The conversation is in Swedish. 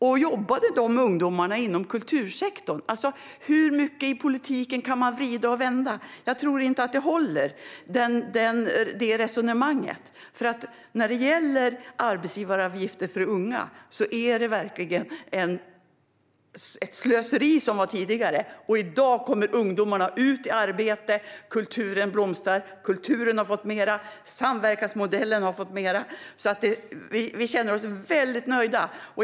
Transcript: Och jobbade de ungdomarna inom kultursektorn? Hur mycket kan man vrida och vända i politiken? Jag tror inte att det resonemanget håller. När det gäller arbetsgivaravgifter för unga var det som var tidigare verkligen ett slöseri. I dag kommer ungdomarna ut i arbete, och kulturen blomstrar. Kulturen har fått mer, och samverkansmodellen har fått mer. Vi känner oss väldigt nöjda.